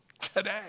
today